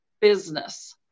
business